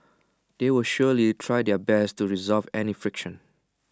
they will surely try their best to resolve any friction